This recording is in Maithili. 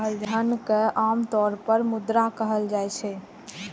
धन कें आम तौर पर मुद्रा कहल जाइ छै